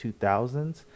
2000s